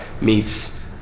meets